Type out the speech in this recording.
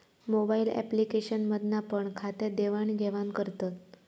mobile application मधना पण खात्यात देवाण घेवान करतत